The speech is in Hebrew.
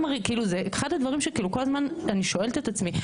אחד הדברים שכאילו כל הזמן אני שואלת את עצמי,